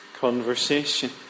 conversation